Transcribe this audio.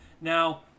now